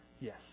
yes